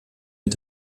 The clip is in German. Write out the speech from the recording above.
mit